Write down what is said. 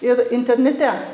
ir internete